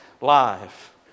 life